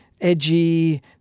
edgy